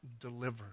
delivered